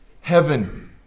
Heaven